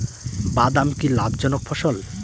বাদাম কি লাভ জনক ফসল?